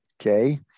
Okay